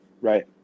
right